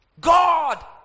God